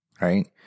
right